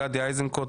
גדי איזנקוט,